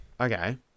Okay